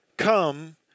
Come